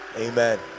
Amen